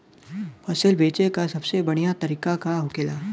फसल बेचे का सबसे बढ़ियां तरीका का होखेला?